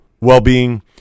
well-being